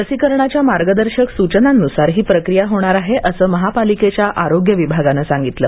लसीकरणाच्या मार्गदर्शक सूचनांनुसार ही प्रक्रिया होणार आहे असं महापालिकेच्या आरोग्य विभागानं सांगितलं